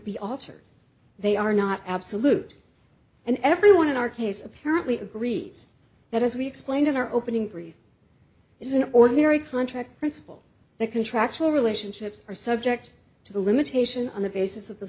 be altered they are not absolute and everyone in our case apparently agrees that as we explained in our opening brief it is an ordinary contract principle that contractual relationships are subject to the limitation on the basis of the